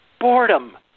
Boredom